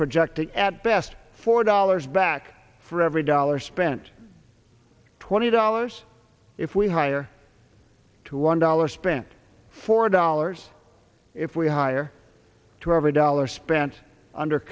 projected at best four dollars back for every dollar spent twenty dollars if we hire to one dollar spent four dollars if we hire to every dollar spent under